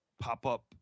pop-up